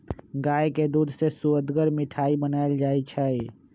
गाय के दूध से सुअदगर मिठाइ बनाएल जाइ छइ